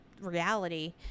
reality